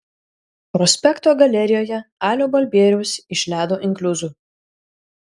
prospekto galerijoje alio balbieriaus iš ledo inkliuzų